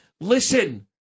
listen